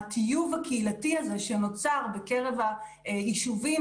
הטיוב הקהילתי הזה שנוצר בקרב היישובים